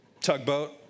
tugboat